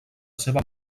seva